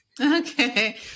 Okay